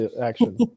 action